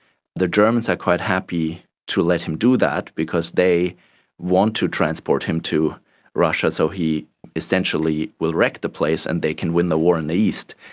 the germans are quite happy to let him do that because they want to transport him to russia so he essentially will wreck the place and they can win the war in the east,